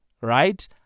Right